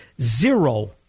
zero